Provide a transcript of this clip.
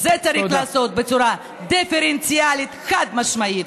את זה צריך להיעשות בצורה דיפרנציאלית, חד-משמעית.